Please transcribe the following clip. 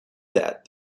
that